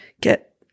get